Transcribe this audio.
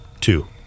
Two